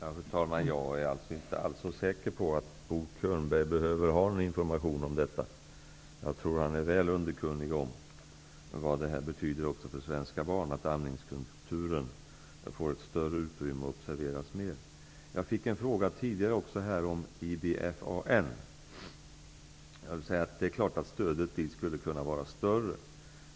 Fru talman! Jag är inte så säker på att Bo Könberg behöver någon information om detta. Jag tror att han är väl underkunnig om vad det betyder för svenska barn att amningskulturen får ett större utrymme och observeras mer. Jag fick tidigare en fråga om IBFAN. Det är klart att stödet dit skulle kunna vara större.